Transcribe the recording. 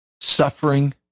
suffering